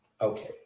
okay